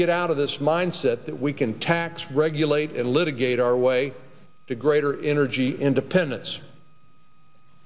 get out of this mindset that we can tax regulate and litigate our way to greater energy independence